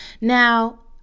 Now